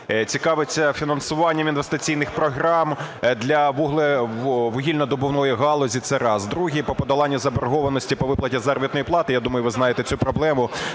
цікавиться фінансуванням інвестиційних програм для вуглевидобувної галузі. Це раз. Друге. По подоланню заборгованості по виплаті заробітної плати. Я думаю, ви знаєте цю проблему.